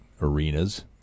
arenas